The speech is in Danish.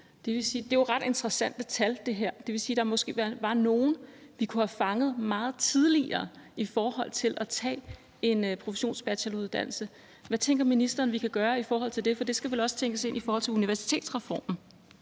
her er jo ret interessante tal. Det vil sige, at der måske var nogle, vi kunne have fanget meget tidligere i forhold til at tage en professionsbacheloruddannelse. Hvad tænker ministeren vi kan gøre i forhold til det? For det skal vel også tænkes ind i forhold til universitetsreformen.